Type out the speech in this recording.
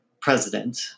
president